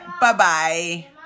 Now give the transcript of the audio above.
bye-bye